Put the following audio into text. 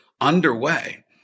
underway